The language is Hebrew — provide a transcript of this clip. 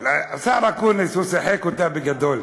השר אקוניס, הוא שיחק אותה בגדול